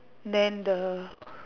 then the